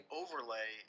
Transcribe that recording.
overlay